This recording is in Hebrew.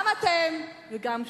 גם אתם וגם ש"ס.